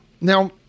Now